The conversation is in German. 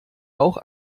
auch